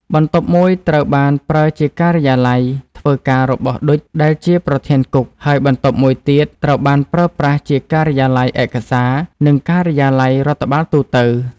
បន្ទប់មួយត្រូវបានប្រើ ជាការិយាល័យ ធ្វើការរបស់ ឌុច ដែលជាប្រធានគុក ហើយបន្ទប់មួយទៀតត្រូវបានប្រើប្រាស់ជាការិយាល័យឯកសារ និងការិយាល័យរដ្ឋបាលទូទៅ ។